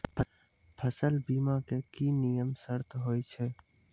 फसल बीमा के की नियम सर्त होय छै?